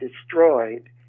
destroyed